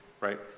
Right